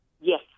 Yes